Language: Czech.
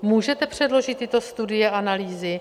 Můžete předložit tyto studie a analýzy?